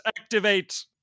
activate